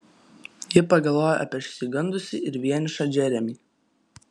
ji pagalvojo apie išsigandusį ir vienišą džeremį